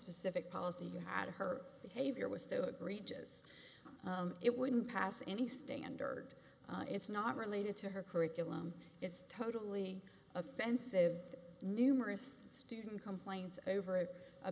specific policy you had her behavior was so egregious it wouldn't pass any standard it's not related to her curriculum it's totally offensive numerous student complaints over a